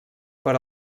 per